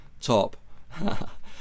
top